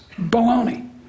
baloney